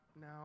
now